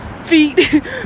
feet